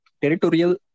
territorial